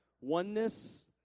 oneness